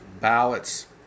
ballots